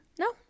No